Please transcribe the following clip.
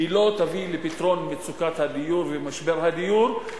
לא תביא לפתרון מצוקת הדיור ומשבר הדיור,